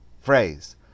phrase